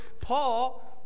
Paul